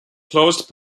closed